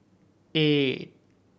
eight